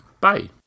bye